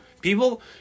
People